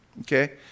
okay